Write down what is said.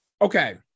Okay